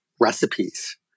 recipes